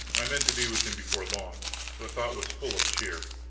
i meant to be with him before long the thought was full of cheer.